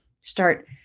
start